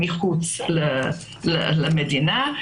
מחוץ למדינה,